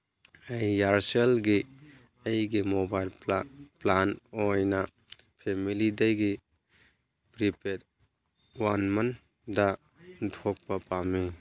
ꯑꯩ ꯏꯌꯔꯁꯦꯜꯒꯤ ꯑꯩꯒꯤ ꯃꯣꯕꯥꯏꯜ ꯄ꯭ꯂꯥꯟ ꯑꯣꯏꯅ ꯐꯦꯃꯤꯂꯤꯗꯒꯤ ꯄ꯭ꯔꯤꯄꯦꯠ ꯋꯥꯟ ꯃꯟꯗ ꯑꯣꯟꯊꯣꯛꯄ ꯄꯥꯝꯃꯤ